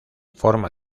forma